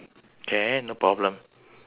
can no problem